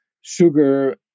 sugar